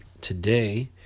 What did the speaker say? today